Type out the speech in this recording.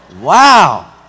wow